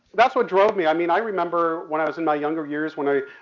that's what drove me. i mean i remember when i was in my younger years when i,